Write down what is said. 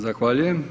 Zahvaljujem.